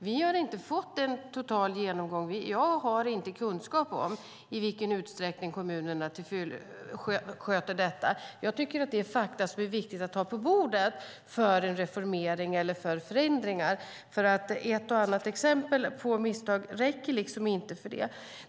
Vi har inte fått någon total genomgång. Jag har inte kunskap om i vilken utsträckning kommunerna sköter detta. Jag tycker att det är fakta som är viktiga att ha på bordet för en reformering eller för förändringar. Ett och annat exempel på misstag räcker inte för det.